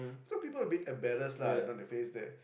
so people will be embarrassed lah you know the face there